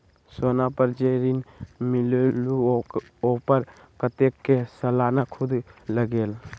सोना पर जे ऋन मिलेलु ओपर कतेक के सालाना सुद लगेल?